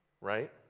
right